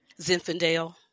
Zinfandel